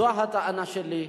זו הטענה שלי.